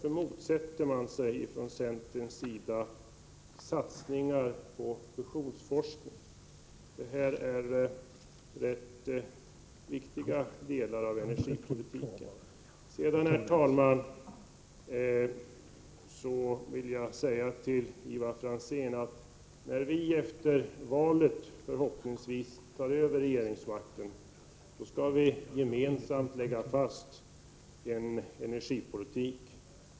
Varför motsätter man sig från centerns sida satsningar på fusionsforskning? Detta är viktiga delar i energipolitiken. Sedan vill jag, herr talman, säga till Ivar Franzén att när vi efter valet förhoppningsvis tar över regeringsmakten skall vi gemensamt lägga fast en energipolitik.